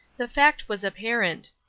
the fact was apparent.